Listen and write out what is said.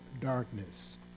darkness